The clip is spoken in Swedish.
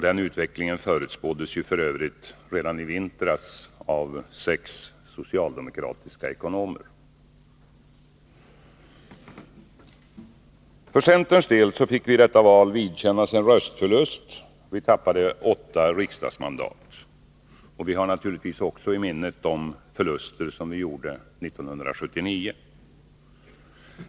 Den utvecklingen förutspåddes ju f. ö. redan i vintras av sex socialdemokratiska ekonomer. Centerpartiet fick i detta val vidkännas en röstförlust och tappade åtta riksdagsmandat. Vi har naturligtvis också i minnet de förluster som vi gjorde 1979.